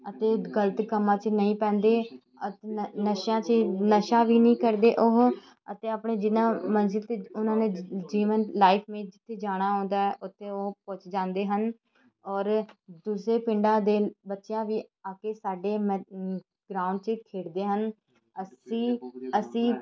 ਅਤੇ ਗਲਤ ਕੰਮਾਂ 'ਚ ਨਹੀਂ ਪੈਂਦੇ ਅਤ ਨ ਨਸ਼ਿਆਂ 'ਚ ਨਸ਼ਾ ਵੀ ਨਹੀਂ ਕਰਦੇ ਉਹ ਅਤੇ ਆਪਣੇ ਜਿੰਨਾ ਮਰਜ਼ੀ ਉਹਨਾਂ ਨੇ ਜੀਵਨ ਲਾਈਫ ਮੇ ਜਿੱਥੇ ਜਾਣਾ ਹੁੰਦਾ ਉੱਥੇ ਉਹ ਪੁੱਜ ਜਾਂਦੇ ਹਨ ਔਰ ਦੂਸਰੇ ਪਿੰਡਾਂ ਦੇ ਬੱਚਿਆਂ ਵੀ ਆ ਕੇ ਸਾਡੇ ਮੈ ਗਰਾਊਂਡ 'ਚ ਖੇਡਦੇ ਹਨ ਅਸੀਂ ਅਸੀਂ